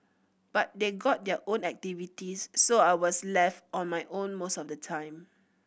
but they've got their own activities so I was left on my own most of the time